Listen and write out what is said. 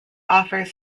offers